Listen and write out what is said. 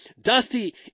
Dusty